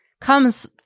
comes